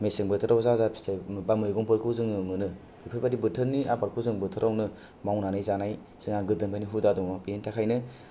मेसें बोथोराव जाजा फिथाइ बा मैगंफोरखौ जों ओ मोनो बेफोर बायदि बोथोरनि आबादखौ जों बोथोरावनो मावनानै जानाय जों हा गोदोनिफ्रायनो हुदा दङ बेनि थाखायनो